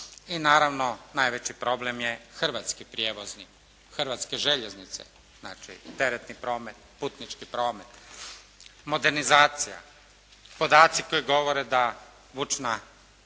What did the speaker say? i naravno najveći problem je hrvatski prijevoznik, hrvatske željeznice, znači teretni promet, putnički promet, modernizacija. Podaci koji govore da vučna